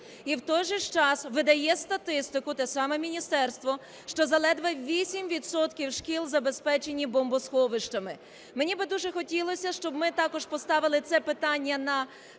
І в той же час видає статистику те саме міністерство, що заледве 8 відсотків шкіл забезпечені бомбосховищами. Мені би дуже хотілося, щоб ми також поставили це питання на